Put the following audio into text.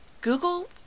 Google